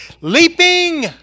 leaping